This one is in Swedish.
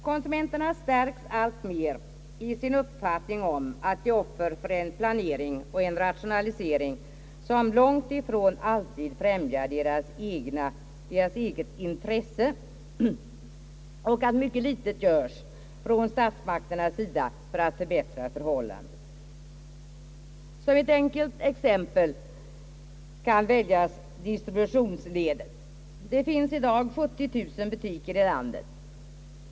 Konsumenterna stärks alltmer i sin uppfattning, att de har blivit offer för en planering och en rationalisering som långt ifrån alltid främjar deras eget intresse och att statsmakterna gör mycket litet för att förbättra förhållandena. Som ett enkelt exempel kan anföras distributionsledet. Det finns i dag 70 000 butiker i landet.